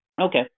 okay